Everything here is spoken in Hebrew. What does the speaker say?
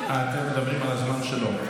שהם מאוד חזקים.